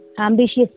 ambitious